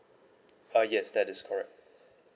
uh yes that is correct